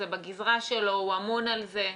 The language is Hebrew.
זה בגזרה שלו, הוא אמון על זה.